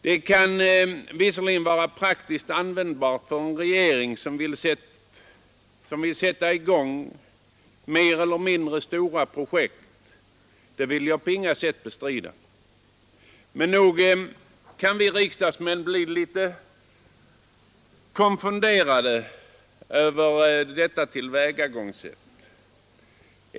Det kan visserligen vara praktiskt användbart för en regering som vill sätta i gång mer eller mindre stora projekt — det vill jag på intet sätt bestrida — men nog kan vi riksdagsmän bli litet konfunderade över detta tillvägagångssätt.